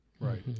right